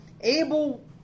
Abel